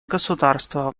государства